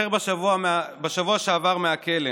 בבקשה, חבר הכנסת